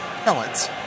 pellets